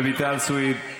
סויד,